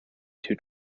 two